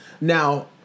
Now